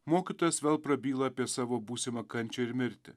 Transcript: mokytojas vėl prabyla apie savo būsimą kančią ir mirtį